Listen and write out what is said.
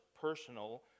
personal